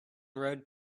road